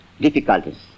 difficulties